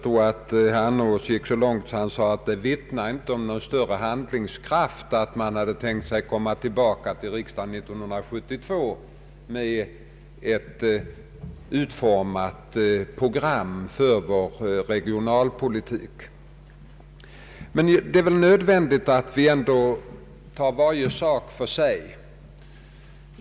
Herr Annerås gick så långt att han sade att det inte vittnar om någon större handlingskraft att man hade tänkt sig att komma tillbaka till riksdagen 1972 med ett utformat program för vår regionalpolitik. Men det är väl nödvändigt att vi ändå tar varje sak för sig.